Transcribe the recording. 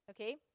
okay